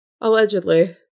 Allegedly